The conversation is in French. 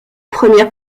premier